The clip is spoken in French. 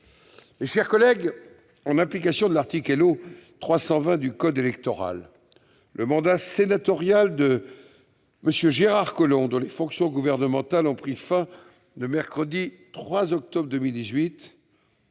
l'année prochaine. En application de l'article L.O. 320 du code électoral, le mandat sénatorial de M. Gérard Collomb, dont les fonctions gouvernementales ont pris fin le mercredi 3 octobre 2018,